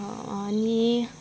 आनी